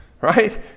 right